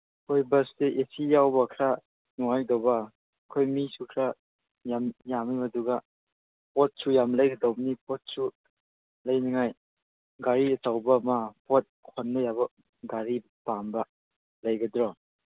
ꯍꯣꯏ ꯕꯁꯇ A C ꯌꯥꯎꯕ ꯈꯔ ꯅꯨꯡꯉꯥꯏꯗꯧꯕ ꯑꯩꯈꯣꯏ ꯃꯤꯁꯨ ꯈꯔ ꯌꯥꯝ ꯌꯥꯝꯃꯦꯕ ꯑꯗꯨꯒ ꯄꯣꯠꯁꯨ ꯌꯥꯝ ꯂꯩꯒꯗꯧꯕꯅꯤ ꯄꯣꯠꯁꯨ ꯂꯩꯅꯉꯥꯏ ꯒꯥꯔꯤ ꯑꯆꯧꯕ ꯑꯃ ꯄꯣꯠ ꯍꯣꯟꯕ ꯌꯥꯕ ꯒꯥꯔꯤ ꯄꯥꯝꯕ ꯂꯩꯒꯗ꯭ꯔꯣ